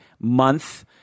month-